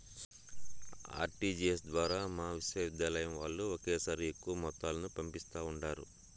RTGS ద్వారా మా విశ్వవిద్యాలయం వాల్లు ఒకేసారిగా ఎక్కువ మొత్తాలను పంపిస్తా ఉండారు